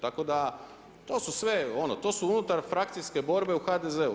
Tako, da to su sve, ono to su unutar frakcijske borbe u HDZ-u.